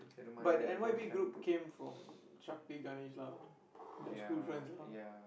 but and one big group came from Shakti Ganesh lah they're school friends lah